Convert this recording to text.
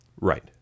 Right